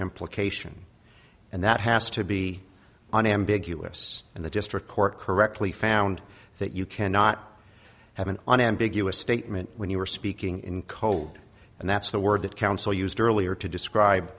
implication and that has to be unambiguous and the district court correctly found that you cannot have an unambiguous statement when you were speaking in code and that's the word that counsel used earlier to describe